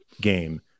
game